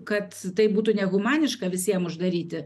kad tai būtų nehumaniška visiem uždaryti